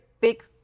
big